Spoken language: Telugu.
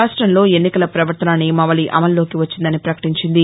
రాష్టంలో ఎన్నికల ప్రవర్తనా నియమావళి అమల్లోకి వచ్చిందని ప్రకటించింది